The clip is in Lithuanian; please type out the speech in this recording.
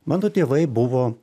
mano tėvai buvo